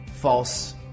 false